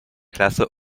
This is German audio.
klasse